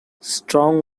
strong